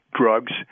drugs